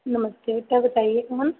नमस्ते तो बताइए कौन